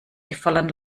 gefallen